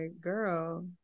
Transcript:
girl